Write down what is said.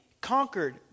conquered